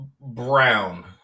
Brown